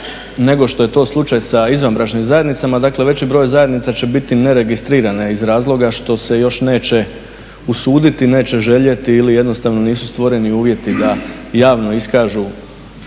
nego što je to slučaj sa izvanbračnim zajednicama. Dakle, veći broj zajednica će biti neregistrirane iz razloga što se još neće usuditi, neće željeti ili jednostavno nisu stvoreni uvjeti da javno iskažu